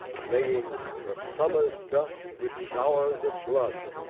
laying the summer's dust with showers of blood,